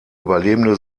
überlebende